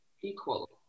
equal